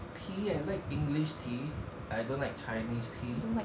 tea I like english tea I don't like chinese tea